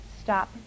Stop